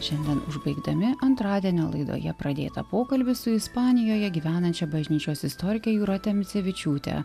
šiandien užbaigdami antradienio laidoje pradėtą pokalbį su ispanijoje gyvenančia bažnyčios istorike jūrate micevičiūte